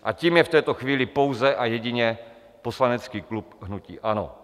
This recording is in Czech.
A tím je v této chvíli pouze a jedině poslanecký klub hnutí ANO.